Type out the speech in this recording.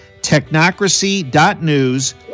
technocracy.news